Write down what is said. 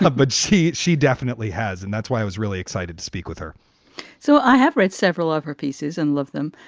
ah but she she definitely has. and that's why i was really excited to speak with her so i have read several of her pieces and love them,